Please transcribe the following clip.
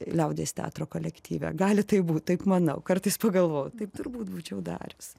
liaudies teatro kolektyve gali būt taip manau kartais pagalvoju taip turbūt būčiau darius